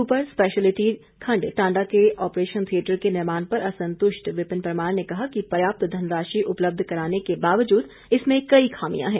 super speciality खंड टांडा के operation theatre के निर्माण पर असंतुष्ट विपिन परमार ने कहा कि पर्याप्त धनराशि उपलब्ध कराने के बावजूद इसमें कई खामियां है